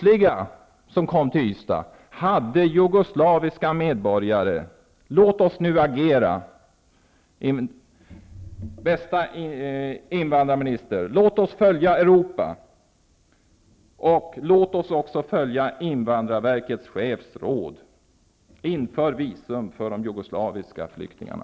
Låt oss nu agera, bästa invandrarminister! Låt oss följa Europa och invandrarverkets chefs råd -- inför visum för de jugoslaviska flyktingarna.